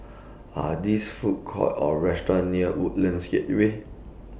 Are These Food Courts Or restaurants near Woodlands Causeway